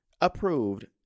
Approved